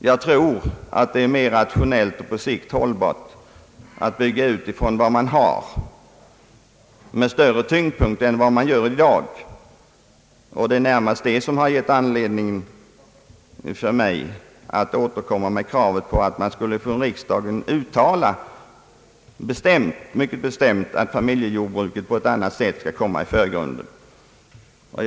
Jag tror att det är mera rationellt och på sikt också mera hållbart att i större utsträckning än man gör i dag satsa på de jordbruk som vi redan har. Det är närmast detta som har gett mig anledning att återkomma med kravet att riksdagen skulle mycket bestämt uttala att familjejordbruket skall komma i förgrunden på ett helt annat sätt än hittills.